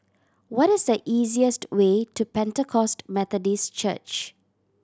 what is the easiest way to Pentecost Methodist Church